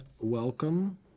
welcome